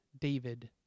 David